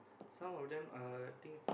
some of them are I think